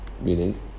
Meaning